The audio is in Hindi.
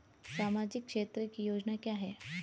सामाजिक क्षेत्र की योजना क्या है?